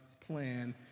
plan